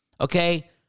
Okay